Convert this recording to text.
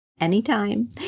Anytime